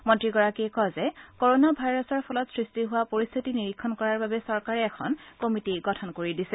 মন্ত্ৰীগৰাকীয়ে কয় যে কৰোনা ভাইৰাছৰ ফলত সৃষ্টি হোৱা পৰিশ্থিতি নিৰীক্ষণ কৰাৰ বাবে চৰকাৰে এখন কমিটী গঠন কৰি দিছে